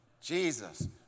Jesus